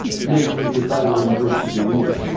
meant that they were in breach of the order.